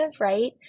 right